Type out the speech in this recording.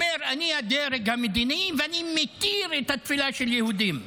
אומר: אני הדרג המדיני ואני מתיר את התפילה של יהודים.